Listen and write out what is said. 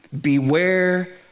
Beware